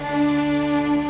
and